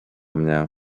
mnie